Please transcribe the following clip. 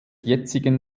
jetzigen